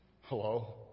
Hello